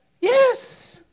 Yes